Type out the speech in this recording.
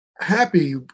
happy